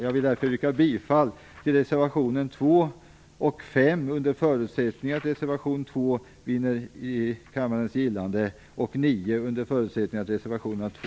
Jag vill därför yrka bifall till reservation 2, vidare till reservation 5 under förutsättning att reservation 2